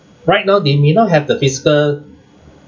right now they may not have the physical